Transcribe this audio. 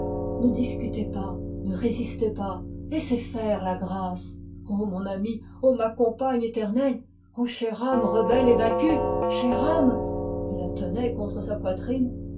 ne discutez pas ne résistez pas laissez faire la grâce ô mon amie ô ma compagne éternelle ô chère âme rebelle et vaincue chère âme il la tenait contre sa poitrine